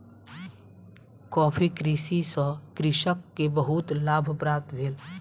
coffee कृषि सॅ कृषक के बहुत लाभ प्राप्त भेल